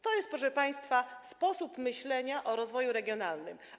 To jest, proszę państwa, sposób myślenia o rozwoju regionalnym.